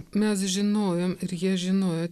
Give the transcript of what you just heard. mes žinojom ir jie žinojo